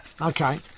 Okay